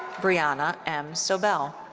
briana m. sobel.